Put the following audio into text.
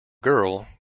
girl